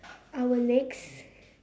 our next